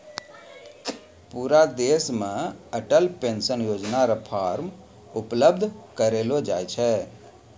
पूरा देश मे अटल पेंशन योजना र फॉर्म उपलब्ध करयलो जाय छै